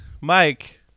Mike